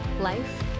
life